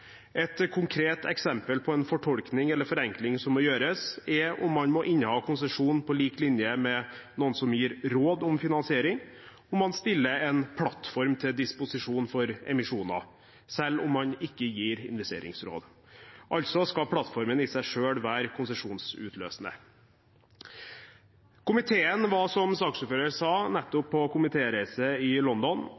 Et konkret eksempel på en forenkling som må gjøres, er at man må inneha konsesjon på lik linje med noen som gir råd om finansiering når man stiller en plattform til disposisjon for emisjoner, selv om man ikke gir investeringsråd. Altså skal plattformen i seg selv være konsesjonsutløsende. Komiteen var, som saksordføreren sa,